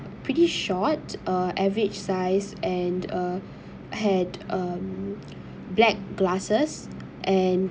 pretty short uh average size and uh had um black glasses and